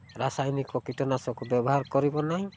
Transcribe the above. ରାସାୟନିକ କୀଟନାଶକ ବ୍ୟବହାର କରିବ ନାହିଁ